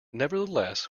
nevertheless